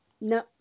No